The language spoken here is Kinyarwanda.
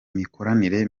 mikoranire